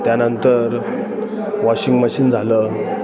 त्यानंतर washing machine झालं